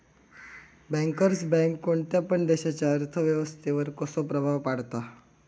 Bankers bank कोणत्या पण देशाच्या अर्थ व्यवस्थेवर कसो प्रभाव पाडता?